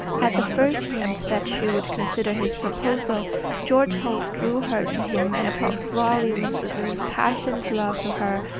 at the first hint that she would consider his proposal george holt drew her to him and talked volumes of impassioned love to her.